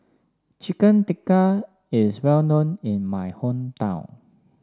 Chicken Tikka is well known in my hometown